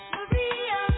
Maria